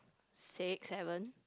six seven